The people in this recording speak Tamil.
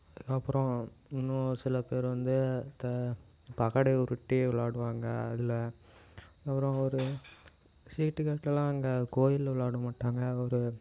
அப்புறம் இன்னும் சில பேர் வந்து அந்த பகடை உருட்டி விளாடுவாங்க அதில் அப்புறம் ஒரு சீட்டுக்கட்டுலாம் அங்கே கோவிலில் விளையாட மாட்டாங்க ஒரு